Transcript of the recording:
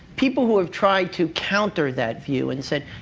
people who have tried to counter that view and said,